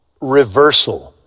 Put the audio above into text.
reversal